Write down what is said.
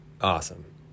awesome